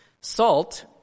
Salt